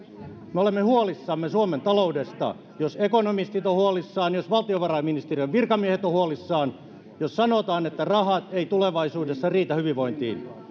me olemme huolissamme suomen taloudesta jos ekonomistit ovat huolissaan jos valtionvarainministeriön virkamiehet ovat huolissaan jos sanotaan että rahat eivät tulevaisuudessa riitä hyvinvointiin niin